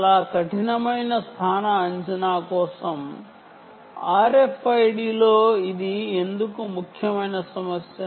చాలా కఠినమైన స్థాన అంచనా కోసం RFID లో ఇది ఎందుకు ముఖ్యమైన సమస్య